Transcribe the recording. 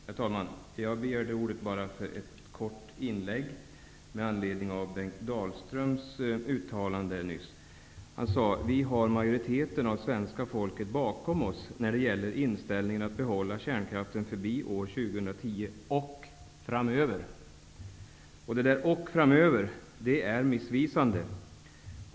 Herr talman! Jag har begärt ordet för att göra ett kort inlägg med anledning av det uttalande Bengt Dalströms gjorde nyss. Han sade: Vi har majoriteten av svenska folket bakom oss när det gäller inställningen till att behålla kärnkraften förbi år 2010 och framöver. Det där ''och framöver'' är missvisande.